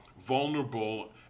vulnerable